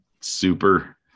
super